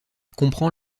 comprend